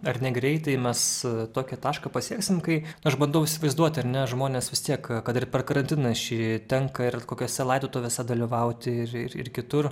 ar negreitai mes tokį tašką pasieksim kai aš bandau įsivaizduoti ar ne žmonės vis tiek kad ir per karantiną šį tenka ir kokiose laidotuvėse dalyvauti ir ir kitur